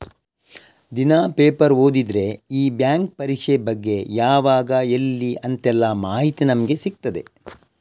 ದಿನಾ ಪೇಪರ್ ಓದಿದ್ರೆ ಈ ಬ್ಯಾಂಕ್ ಪರೀಕ್ಷೆ ಬಗ್ಗೆ ಯಾವಾಗ ಎಲ್ಲಿ ಅಂತೆಲ್ಲ ಮಾಹಿತಿ ನಮ್ಗೆ ಸಿಗ್ತದೆ